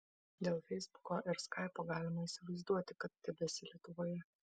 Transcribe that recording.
dėl feisbuko ir skaipo galima įsivaizduoti kad tebesi lietuvoje